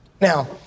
Now